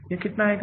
यह कितना आएगा